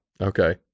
okay